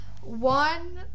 One